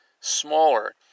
smaller